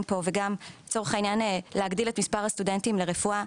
פה וגם לצורך העניין להגדיל את מספר הסטודנטים לרפואה,